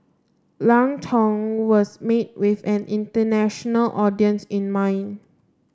Lang Tong was made with an international audience in mind